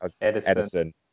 Edison